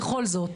בכל זאת,